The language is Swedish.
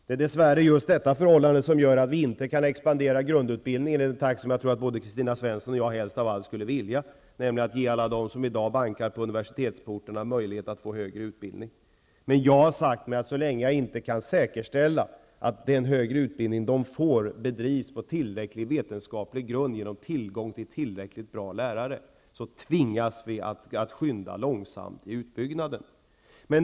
Det är dess värre detta förhållande som gör att vi inte kan expandera grundutbildningen i den takt som jag tror att både Kristina Svensson och jag helst av allt skulle vilja, nämligen så att vi kan ge alla dem som i dag bankar på universitetsporten möjlighet till högre utbildning. Men så länge jag inte kan säkerställa att den högre utbildning som erbjuds bedrivs på tillräcklig vetenskaplig grund med tillgång till tillräckligt bra lärare, tvingas vi att skynda långsamt med utbyggnaden.